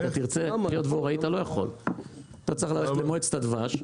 אתה צריך ללכת למועצת הדבש,